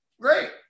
Great